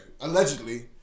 allegedly